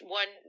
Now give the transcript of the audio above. one